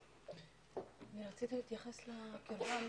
אני רציתי להתייחס לקרבה המשפחתית.